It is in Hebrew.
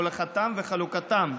הולכתם וחלוקתם.